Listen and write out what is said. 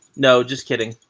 no, just kidding.